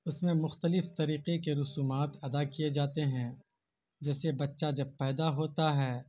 اس میں مختلف طریقے کے رسومات ادا کیے جاتے ہیں جیسے بچہ جب پیدا ہوتا ہے